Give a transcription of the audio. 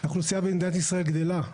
האוכלוסייה במדינת ישראל גדלה,